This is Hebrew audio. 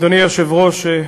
אדוני היושב-ראש,